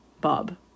Bob